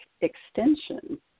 extension